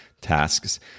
tasks